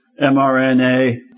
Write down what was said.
mRNA